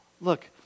look